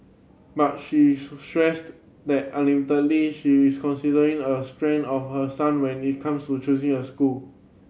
but she stressed that ultimately she is considering a strength of her son when it comes to choosing a school